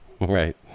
Right